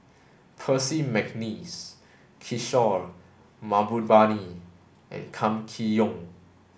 Percy McNeice Kishore Mahbubani and Kam Kee Yong